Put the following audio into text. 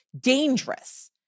dangerous